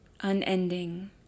unending